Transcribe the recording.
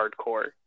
hardcore